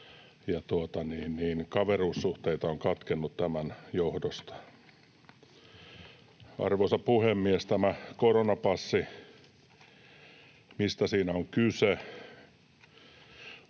kaveruussuhteita on katkennut tämän johdosta. Arvoisa puhemies! Tämä koronapassi — mistä siinä on kyse?